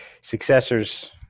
Successors